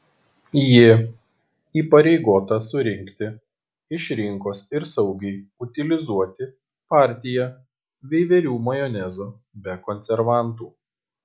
ji įpareigota surinkti iš rinkos ir saugiai utilizuoti partiją veiverių majonezo be konservantų